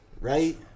Right